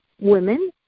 women